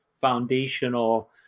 foundational